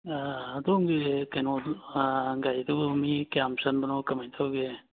ꯑꯗꯣꯝꯒꯤ ꯀꯩꯅꯣꯗꯨ ꯒꯥꯔꯤꯗꯨꯕꯨ ꯃꯤ ꯀꯌꯥꯝ ꯆꯟꯕꯅꯣ ꯀꯃꯥꯏꯅ ꯇꯧꯒꯦ